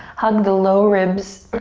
hug the lower ribs